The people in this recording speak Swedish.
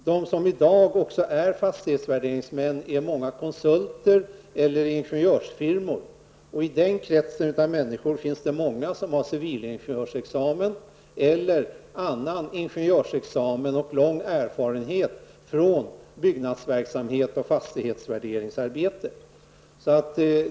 I dag är många konsult och ingenjörsfirmor fastighetsvärderingsmän. I den kretsen av människor finns det många som har civilingenjörsexamen eller annan ingenjörsexamen och som har lång erfarenhet från byggnadsverksamhet och fastighetsvärderingsarbete.